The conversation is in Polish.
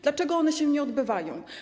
Dlaczego one się nie odbywają?